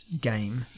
game